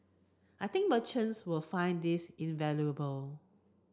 I think merchants will find this invaluable